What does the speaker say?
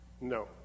No